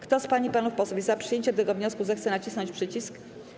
Kto z pań i panów posłów jest za przyjęciem tego wniosku, zechce nacisnąć przycisk.